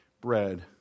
bread